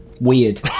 Weird